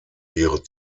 ihre